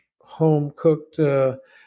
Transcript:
home-cooked